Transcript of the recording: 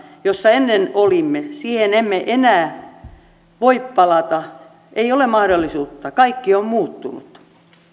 jossa ennen olimme emme enää voi palata ei ole mahdollisuutta kaikki on muuttunut